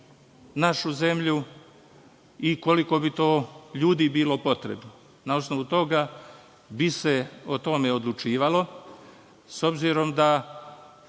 našu zemlju i koliko bi to ljudi bilo potrebno. Na osnovu toga bi se o tome odlučivalo, s obzirom da